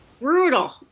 brutal